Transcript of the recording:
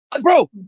bro